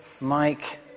Mike